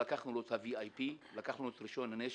לקחנו לו את ה-VIP, לקחנו לו את רישיון הנשק,